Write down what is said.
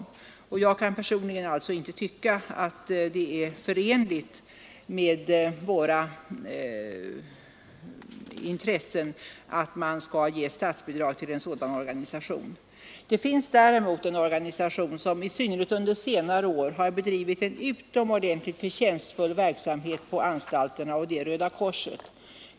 Jag kan personligen inte finna att det är förenligt med våra intressen att man skall ge statsbidrag till sådan organisation. Det finns däremot en organisation som i synnerhet under senare år har bedrivit en utomordentligt förtjänstfull verksamhet på anstalterna, och det är Röda korset.